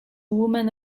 woman